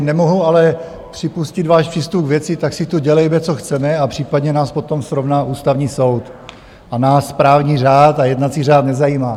Nemohu ale připustit váš přístup k věci: Tak si tu dělejme, co chceme, a případně nás potom srovná Ústavní soud, a nás právní řád a jednací řád nezajímá.